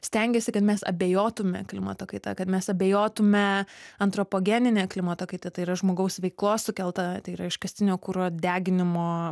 stengiasi kad mes abejotume klimato kaita kad mes abejotume antropogenine klimato kaita tai yra žmogaus veiklos sukelta tai yra iškastinio kuro deginimo